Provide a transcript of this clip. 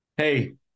Hey